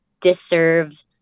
deserve